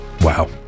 Wow